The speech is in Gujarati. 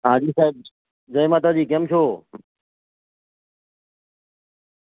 હા જી સાહેબ જય માતાજી કેમ છો